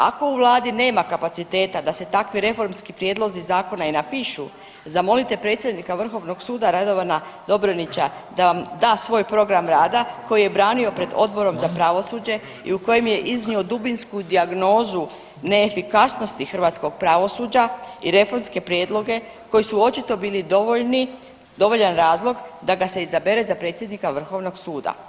Ako u Vladi nema kapaciteta da se takvi reformski prijedlozi zakona i napišu zamolite predsjednika Vrhovnog suda Radovana Dobronića da vam da svoj program rada koji je branio pred Odborom za pravosuđe i u kojem je iznio dubinsku dijagnozu neefikasnosti hrvatskog pravosuđa i reformske prijedloge koji su očito bili dovoljan razlog da ga se izabere za predsjednika Vrhovnog suda